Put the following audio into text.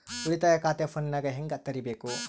ಉಳಿತಾಯ ಖಾತೆ ಫೋನಿನಾಗ ಹೆಂಗ ತೆರಿಬೇಕು?